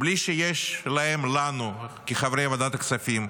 בלי שיש להם, לנו כחברי ועדת הכספים,